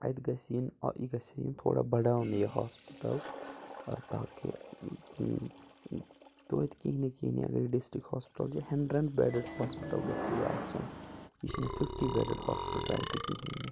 اَتہِ گَژھہِ یِنۍ ٲں یہِ گژھہِ ہا یُن تھوڑا بَڑھاونہٕ یہِ ہاسپِٹَل ٲں تاکہِ توتہِ کِہیٖنۍ نٔے کِہیٖنۍ نٔے اَگر یہِ ڈِسٹِرٛکٹ ہاسپِٹَل چھُ ہَنٛڈرٛڈ بیٚڈٕڈ ہاسپِٹَل گَژھہِ ہا یہِ آسُن یہِ چھُنہٕ فِفٹی بیٚڈٕڈ ہاسپِٹَل تہِ کِہیٖنۍ نہٕ